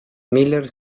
miller